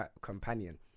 companion